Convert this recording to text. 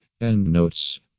Endnotes